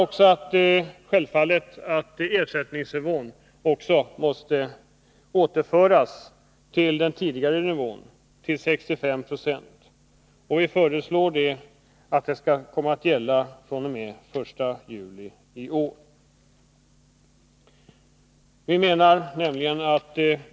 Vi anser självfallet också att ersättningsnivån måste återföras till vad som tidigare gällde, till 65 96. Vi föreslår att det skall gälla fr.o.m. den 1 juli i år.